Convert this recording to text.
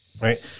right